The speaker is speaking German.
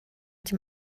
dem